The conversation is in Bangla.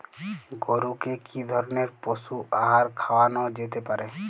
গরু কে কি ধরনের পশু আহার খাওয়ানো যেতে পারে?